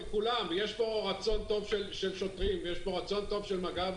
יש פה רצון טוב של שוטרים ויש פה רצון טוב של מג"ב,